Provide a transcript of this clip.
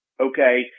okay